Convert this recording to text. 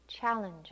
challenge